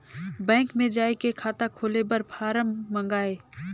Bank मे जाय के खाता खोले बर फारम मंगाय?